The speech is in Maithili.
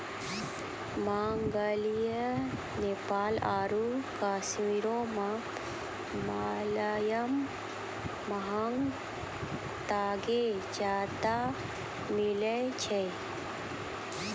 मंगोलिया, नेपाल आरु कश्मीरो मे मोलायम महंगा तागा ज्यादा मिलै छै